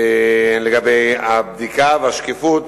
לגבי הבדיקה והשקיפות,